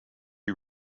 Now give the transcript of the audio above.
who